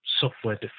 software